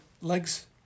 legs